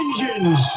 engines